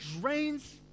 drains